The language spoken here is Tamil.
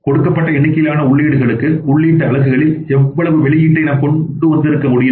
கொடுக்கப்பட்ட எண்ணிக்கையிலான உள்ளீடுகளுக்கு உள்ளீட்டு அலகுகளில் எவ்வளவு வெளியீட்டை நாம் கொண்டிருக்க முடிந்தது